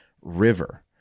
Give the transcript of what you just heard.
river